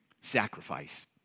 Sacrifice